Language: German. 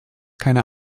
keine